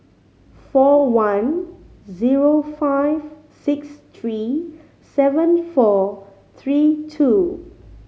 four one zero five six three seven four three two